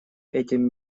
этим